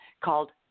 called